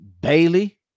Bailey